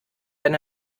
wenn